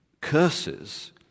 curses